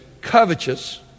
covetous